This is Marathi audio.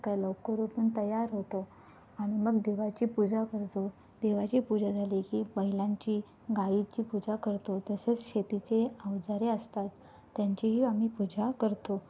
सकाळी लवकर उठून तयार होतो आणि मग देवाची पूजा करतो देवाची पूजा झाली की बैलांची गाईची पूजा करतो तसेच शेतीचे अवजारे असतात त्यांचीही आम्ही पूजा करतो